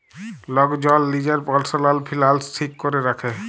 lock জল লিজের পারসলাল ফিলালস ঠিক ক্যরে রাখে